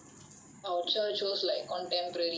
our teacher choose like contemporary